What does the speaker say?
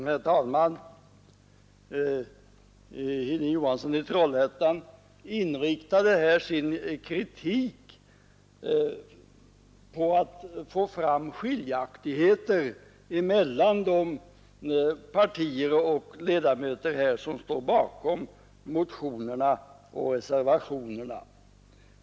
Herr talman! Herr Johansson i Trollhättan inriktade sin kritik på att få fram skiljaktigheter mellan de partier och ledamöter som står bakom motionerna och reservationerna.